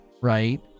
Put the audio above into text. right